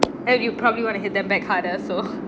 and you probably want to hit them back harder so